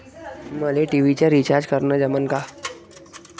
मले टी.व्ही चा रिचार्ज करन जमन का?